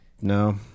No